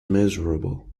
miserable